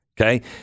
Okay